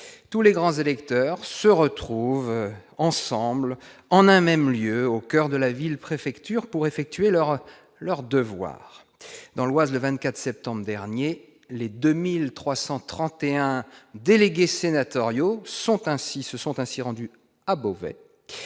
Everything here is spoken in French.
tous les grands électeurs se retrouvent ensemble en un même lieu au coeur de la ville préfecture pour effectuer leur leur devoir dans l'Oise, le 24 septembre dernier les 2331 délégués sénatoriaux sont ainsi se sont ainsi rendus à Beauvais